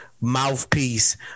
mouthpiece